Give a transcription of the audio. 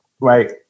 Right